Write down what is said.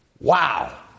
wow